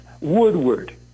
woodward